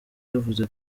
yavuze